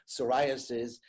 psoriasis